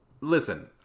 Listen